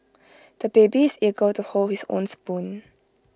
the baby is eager to hold his own spoon